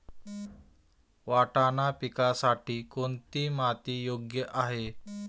वाटाणा पिकासाठी कोणती माती योग्य आहे?